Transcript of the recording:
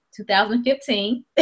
2015